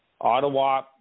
Ottawa